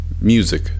music